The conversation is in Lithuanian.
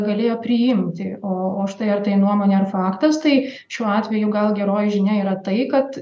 galėjo priimti o o štai ar tai nuomonė ar faktas tai šiuo atveju gal geroji žinia yra tai kad